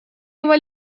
его